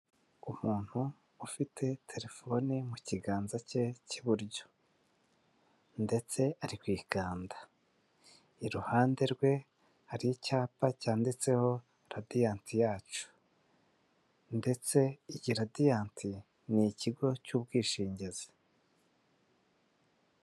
Umuntu ufite terefone mu kiganza cye cy'iburyo ndetse ari kuyikanda, iruhande rwe hari icyapa cyanditseho radiyanti yacu, ndetse iyi radiyanti ni ikigo cy'ubwishingizi.